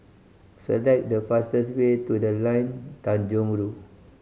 select the fastest way to The Line Tanjong Rhu